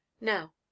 Now